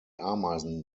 ameisen